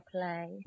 play